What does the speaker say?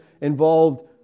involved